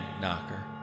Knocker